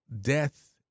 death